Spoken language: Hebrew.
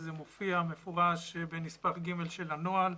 אז זה מופיע במפורש בנספח ג' של הנוהל,